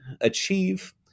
achieve